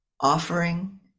offering